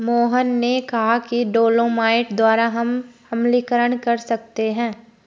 मोहन ने कहा कि डोलोमाइट द्वारा हम अम्लीकरण कर सकते हैं